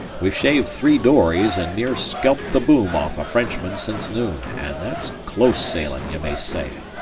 we've shaved three dories an' near scalped the boom off a frenchman since noon, an' that's close sailing', ye may say.